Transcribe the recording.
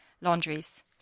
Laundries